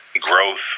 growth